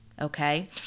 okay